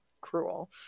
cruel